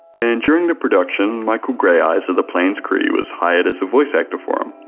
and during the production michael gray-eyes of the plains cree was hired as a voice actor for him,